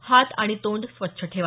हात आणि तोंड स्वच्छ ठेवा